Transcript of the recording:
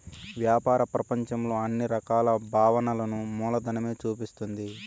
వ్యాపార ప్రపంచంలో అన్ని రకాల భావనలను మూలధనమే చూపిస్తుంది